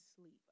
sleep